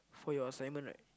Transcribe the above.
for your assignment